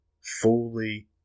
fully